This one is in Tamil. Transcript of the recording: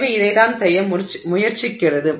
எனவே இதைத்தான் செய்ய முயற்சிக்கிறது